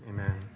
Amen